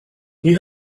you